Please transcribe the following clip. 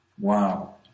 Wow